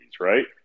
right